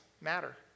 matter